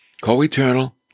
co-eternal